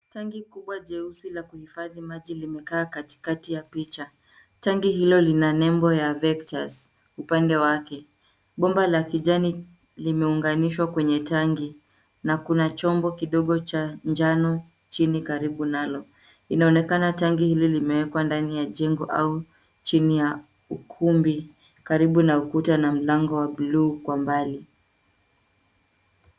Tangi kubwa jeusi la kuhifadhi maji limekaa katikati ya picha tangi hilo lina nembo ya Vectors upande wake. Bomba la kijani limeunganishwa kwenye tangi na kuna chombo kidogo cha njano chini karibu nalo. Inaonekana tangi hili limewekwa ndani ya jengo au chini ya ukumbi karibu na ukuta na mlango wa bluu kwa mbali.